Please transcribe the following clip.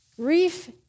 grief